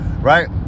right